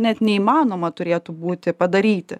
net neįmanoma turėtų būti padaryti